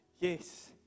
Yes